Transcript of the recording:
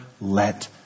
let